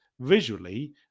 visually